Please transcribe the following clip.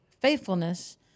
faithfulness